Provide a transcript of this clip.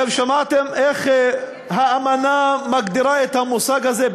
אתם שמעתם איך האמנה מגדירה את המושג הזה,